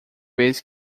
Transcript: vez